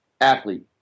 Athlete